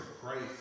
Christ